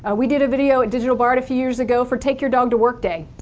ah we did a video at digital bard a few years ago for take your dog to work day,